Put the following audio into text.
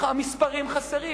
המספרים חסרים.